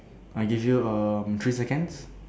I give you um three seconds